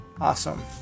Awesome